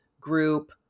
group